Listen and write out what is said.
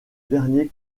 dernier